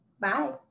bye